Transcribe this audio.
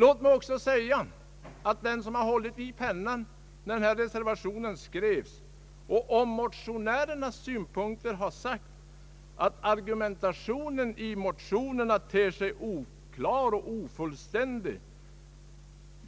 Låt mig också säga att den som hållit i pennan när denna reservation skrevs och som om motionärernas synpunkter sagt att »argumentationen i motionerna ter sig oklar och ofullständig»